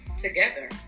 together